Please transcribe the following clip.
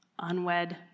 unwed